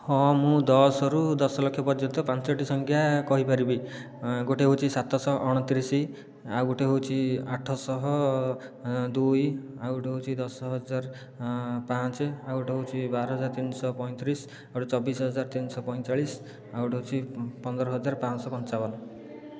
ହଁ ମୁ ଦଶରୁ ଦଶଲକ୍ଷ ପର୍ଯ୍ୟନ୍ତ ପାଞ୍ଚଟି ସଂଖ୍ୟା କହିପାରିବି ଗୋଟିଏ ହେଉଛି ସାତଶହ ଅଣତିରିଶ ଆଉ ଗୋଟିଏ ହେଉଛି ଆଠଶହ ଦୁଇ ଆଉ ଗୋଟିଏ ହେଉଛି ଦଶ ହଜାର ପାଞ୍ଚ ଆଉ ଗୋଟିଏ ହେଉଛି ବାର ହଜାର ତିନିଶହ ପଇଁତିରିଶ ଆଉ ଗୋଟିଏ ହେଉଛି ଚବିଶ ହଜାର ତିନିଶହ ପଇଁଚାଳିଶ ଆଉ ଗୋଟିଏ ହେଉଛି ପନ୍ଦର ହଜାର ପାଞ୍ଚଶହ ପଞ୍ଚାବନ